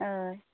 हय